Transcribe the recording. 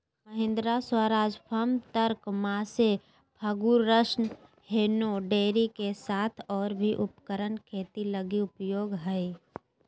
Mahindra, Swaraj, Farmtrac, Massey Ferguson John Deere के साथ और भी उपकरण खेती लगी उपयोगी हइ